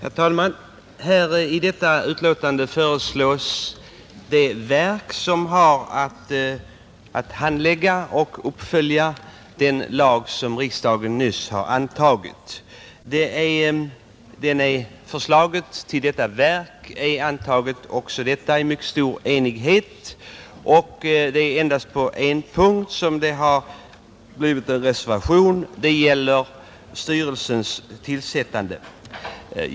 Herr talman! I detta betänkande behandlas förslaget om inrättande av det verk som har att handlägga och uppfölja den lag som riksdagen nyss antagit. Detta förslag är framlagt, också det, i mycket stor enighet. Det är endast på en punkt som det blivit en reservation; det gäller sammansättningen av verkets styrelse.